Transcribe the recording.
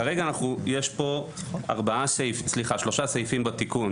כרגע יש שלושה סעיפים בתיקון